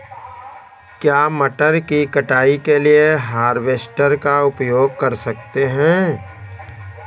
क्या मटर की कटाई के लिए हार्वेस्टर का उपयोग कर सकते हैं?